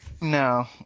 No